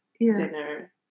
dinner